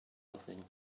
nothing